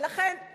ולכן,